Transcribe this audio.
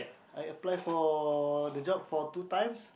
I applied for the job for two times